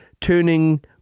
turning